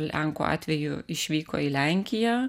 lenkų atveju išvyko į lenkiją